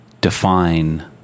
define